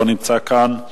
לא נמצא כאן,